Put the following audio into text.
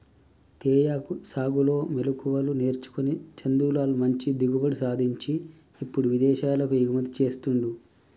తేయాకు సాగులో మెళుకువలు నేర్చుకొని చందులాల్ మంచి దిగుబడి సాధించి ఇప్పుడు విదేశాలకు ఎగుమతి చెస్తాండు